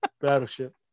Battleship